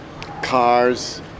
cars